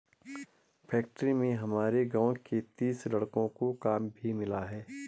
factory में हमारे गांव के तीस लड़कों को काम भी मिला है